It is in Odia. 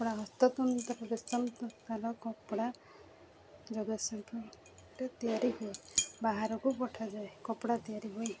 କପଡ଼ା ହସ୍ତତନ୍ତ କପଡ଼ା ଜଗତସିଂହପୁରରେ ତିଆରି ହୁଏ ବାହାରକୁ ପଠାଯାଏ କପଡ଼ା ତିଆରି ହୁଏ